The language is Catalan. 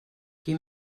qui